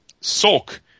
Sulk